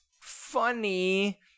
funny